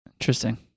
Interesting